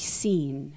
seen